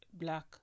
black